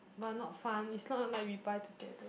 but not fun it's not like we buy together